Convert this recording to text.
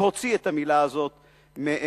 להוציא את המלה הזאת מהלקסיקון.